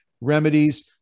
remedies